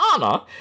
honor